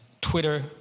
Twitter